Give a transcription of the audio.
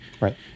Right